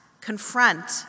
confront